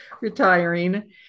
retiring